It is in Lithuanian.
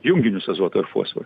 junginius azoto ir fosforo